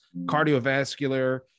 cardiovascular